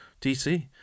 DC